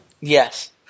Yes